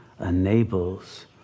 enables